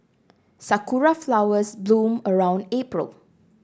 sakura flowers bloom around April